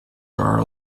are